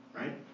right